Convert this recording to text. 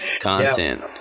content